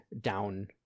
down